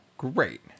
great